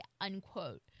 unquote